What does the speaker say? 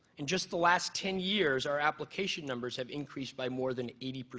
in just the last ten years our application numbers have increased by more than eighty.